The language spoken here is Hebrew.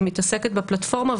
שמתעסקת בפלטפורמה,